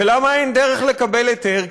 ולמה אין דרך לקבל היתר?